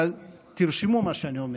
אבל תרשמו את מה שאני אומר: